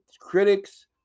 critics